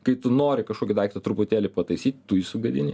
kai tu nori kažkokį daiktą truputėlį pataisyt tu jį sugadini